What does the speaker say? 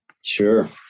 Sure